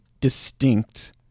distinct